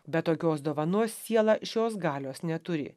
be tokios dovanos siela šios galios neturi